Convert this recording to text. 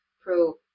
pro